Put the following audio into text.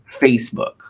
Facebook